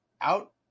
out